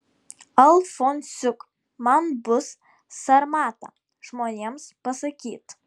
alfonsiuk man bus sarmata žmonėms pasakyt